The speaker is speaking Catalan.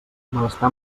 malestar